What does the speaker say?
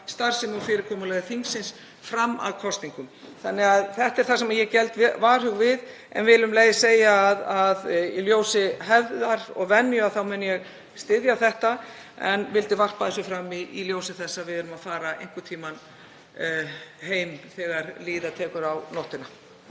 starfsemi og fyrirkomulagi þingsins fram að kosningum. Þetta er það sem ég geld varhuga við en vil um leið segja að í ljósi hefðar og venju mun ég styðja þetta. Ég vildi varpa þessu fram í ljósi þess að við erum að fara heim þegar líða tekur á nóttina.